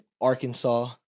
Arkansas